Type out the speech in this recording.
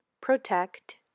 protect